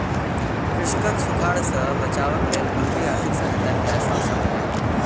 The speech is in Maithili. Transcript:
कृषकक सूखाड़ सॅ बचावक लेल मंत्री आर्थिक सहायता के आश्वासन देलैन